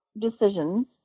decisions